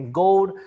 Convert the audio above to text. gold